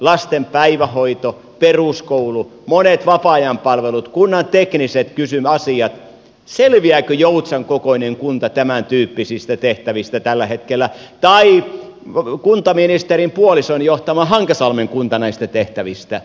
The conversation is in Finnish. lasten päivähoito peruskoulu monet vapaa ajan palvelut kunnan tekniset asiat selviääkö joutsan kokoinen kunta tämän tyyppisistä tehtävistä tällä hetkellä tai kuntaministerin puolison johtama hankasalmen kunta näistä tehtävistä